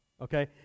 okay